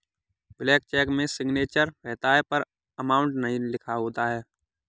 blank cheque में signature रहता है पर अमाउंट नहीं लिखा होता है